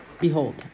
Behold